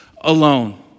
alone